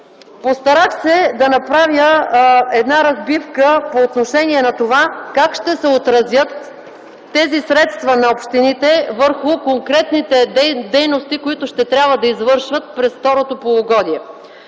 Постарах се да направя разбивка как ще се отразят тези средства на общините върху конкретните дейности, които ще трябва да извършват през второто полугодие.